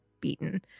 beaten